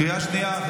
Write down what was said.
קריאה שנייה.